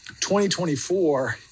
2024